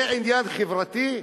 זה עניין חברתי.